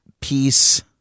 Peace